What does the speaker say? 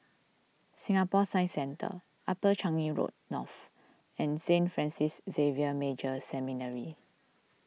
Singapore Science Centre Upper Changi Road North and Saint Francis Xavier Major Seminary